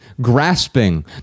grasping